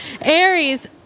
Aries